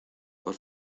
por